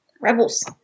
Rebels